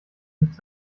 nichts